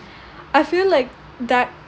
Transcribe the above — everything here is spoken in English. I feel like that